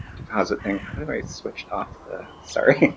deposit thing. how do i switched off the. sorry.